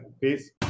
peace